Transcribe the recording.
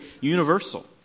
universal